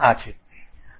આ છે